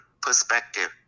perspective